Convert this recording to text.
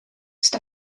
ist